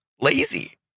lazy